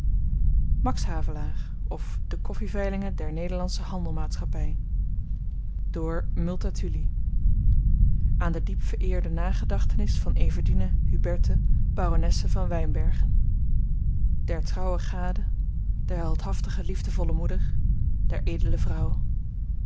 max havelaar of de koffiveilingen der nederlandsche handelmaatschappy door multatuli aan de diep vereerde nagedachtenis van everdine huberte baronesse van wynbergen der trouwe gade der heldhaftige liefdevolle moeder der edele vrouw